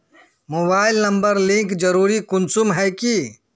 Mobile number link जरुरी कुंसम है की?